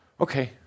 Okay